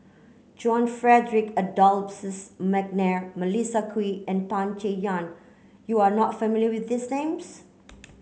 John Frederick Adolphus McNair Melissa Kwee and Tan Chay Yan you are not familiar with these names